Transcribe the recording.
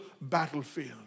battlefield